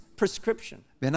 prescription